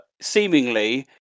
seemingly